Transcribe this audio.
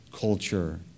culture